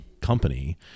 company